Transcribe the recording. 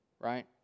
right